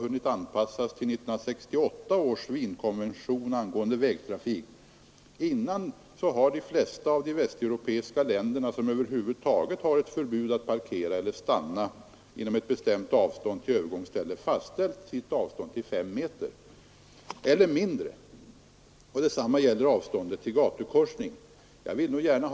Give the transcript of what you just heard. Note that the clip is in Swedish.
Redan i dag — alltså innan lagstiftningen i Europa hunnit flesta av de västeuropeiska länder som över huvud taget har förbud mot att parkera eller stanna inom ett bestämt avstånd från övergångsställe fr amför övergångsfastställt detta avstånd till 5 meter eller mindre. Detsamma gäller = Ställe och vid gatukorsning avståndet till gatukorsning.